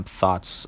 thoughts